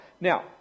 Now